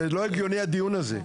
זה לא הגיוני הדיון הזה.